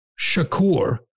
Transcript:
Shakur